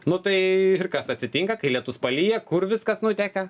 nu tai kas atsitinka kai lietus palyja kur viskas nuteka